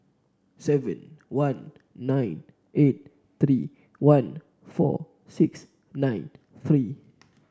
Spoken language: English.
seven one nine eight three one four six nine three